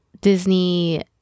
Disney